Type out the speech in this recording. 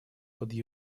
под